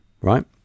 right